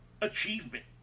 achievement